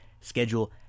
schedule